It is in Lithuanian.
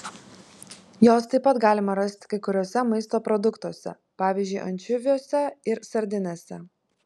jos taip pat galima rasti kai kuriuose maisto produktuose pavyzdžiui ančiuviuose ir sardinėse